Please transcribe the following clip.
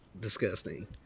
disgusting